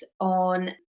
on